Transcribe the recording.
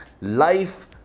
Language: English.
life